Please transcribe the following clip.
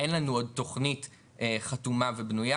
אין לנו עוד תוכנית חתומה ובנויה.